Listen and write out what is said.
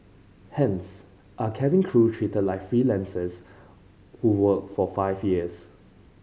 hence are cabin crew treated like freelancers who work for five years